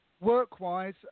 work-wise